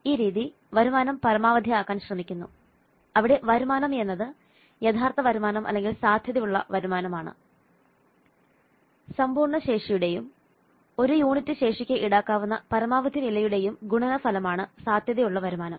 ഈ രീതി വരുമാനം പരമാവധിയാക്കാൻ ശ്രമിക്കുന്നു അവിടെ വരുമാനം യഥാർത്ഥ വരുമാനം സാധ്യതയുള്ള വരുമാനം സമ്പൂർണ്ണ ശേഷിയുടെയും ഒരു യൂണിറ്റ് ശേഷിക്ക് ഈടാക്കാവുന്ന പരമാവധി വിലയുടെയും ഗുണനഫലമാണ് സാധ്യതയുള്ള വരുമാനം